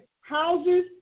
houses